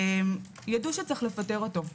ידעו שצריך לפטר אותו.